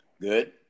good